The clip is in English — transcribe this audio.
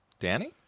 Danny